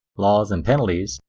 laws and penalties,